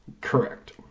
Correct